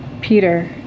Peter